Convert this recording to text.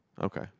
Okay